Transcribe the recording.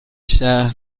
شهر